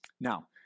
Now